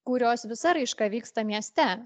kurios visa raiška vyksta mieste